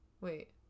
Wait